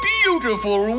beautiful